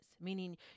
meaning